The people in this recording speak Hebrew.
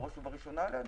בראש ובראשונה היא עלינו.